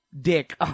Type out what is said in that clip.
dick